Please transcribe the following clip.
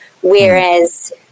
whereas